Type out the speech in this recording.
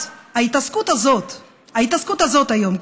אז בהתעסקות הזאת היום,